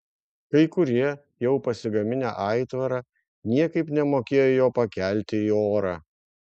kai kurie jau pasigaminę aitvarą niekaip nemokėjo jo pakelti į orą